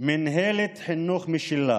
מינהלת חינוך משלה,